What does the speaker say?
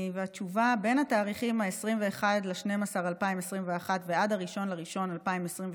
התשובה: בין התאריכים 21 בדצמבר 2021 ו-1 בינואר 2022